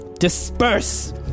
Disperse